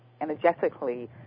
energetically